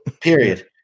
period